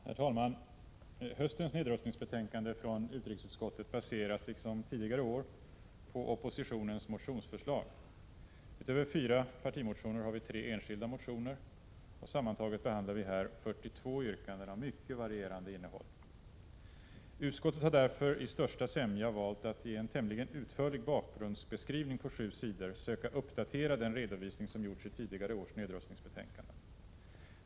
Herr talman! Höstens nedrustningsbetänkande från utrikesutskottet baseras — liksom tidigare år — på oppositionens motionsförslag. Utöver fyra partimotioner har vi tre enskilda motioner. Sammantaget behandlar vi här 42 yrkanden av mycket varierande innehåll. Utskottet har därför i största sämja valt att i en tämligen utförlig bakgrundsbeskrivning på sju sidor söka uppdatera den redovisning som gjorts i tidigare års nedrustningsbetänkanden.